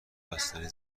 بستنیم